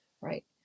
right